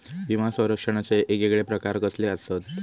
विमा सौरक्षणाचे येगयेगळे प्रकार कसले आसत?